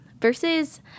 versus